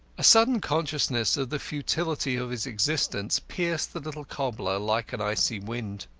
a sudden consciousness of the futility of his existence pierced the little cobbler like an icy wind.